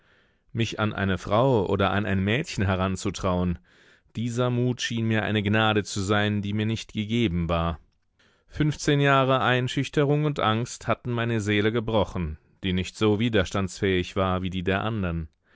mich an eine frau oder an ein mädchen heranzutrauen dieser mut schien mir eine gnade zu sein die mir nicht gegeben war fünfzehn jahre einschüchterung und angst hatten meine seele gebrochen die nicht so widerstandsfähig war wie die der andern